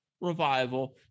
revival